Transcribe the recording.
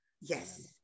yes